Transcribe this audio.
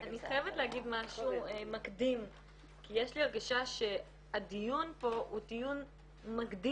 אני חייבת לומר משהו מקדים כי יש לי הרגשה שהדיון פה הוא דיון מקדים,